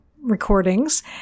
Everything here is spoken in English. recordings